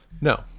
No